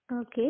Okay